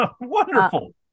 wonderful